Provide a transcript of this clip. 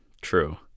true